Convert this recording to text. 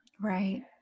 Right